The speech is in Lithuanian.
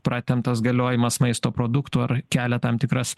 pratemptas galiojimas maisto produktų ar kelia tam tikras